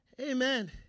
Amen